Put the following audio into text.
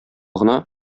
гына